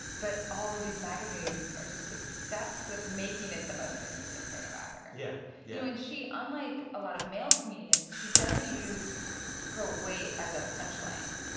but all of these magazines are just obsessed with making it the most interesting thing about her yeah, yeah you know, and she unlike a lot of male comedians, she doesn't use her weight as a punch line.